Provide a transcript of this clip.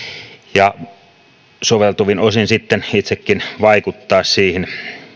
ja soveltuvin osin sitten itsekin vaikuttaa siihen